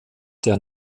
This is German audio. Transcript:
der